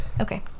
Okay